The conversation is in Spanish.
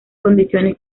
condiciones